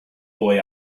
boy